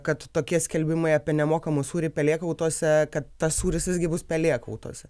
kad tokie skelbimai apie nemokamą sūrį pelėkautuose kad tas sūris visgi bus pelėkautuose